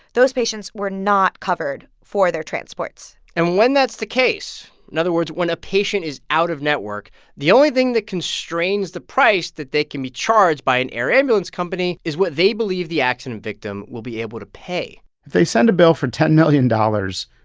those patients were not covered for their transports and when that's the case, in other words, when a patient is out-of-network, the only thing that constrains the price that they can be charged by an air ambulance company is what they believe the accident victim will be able to pay if they send a bill for ten million dollars,